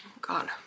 God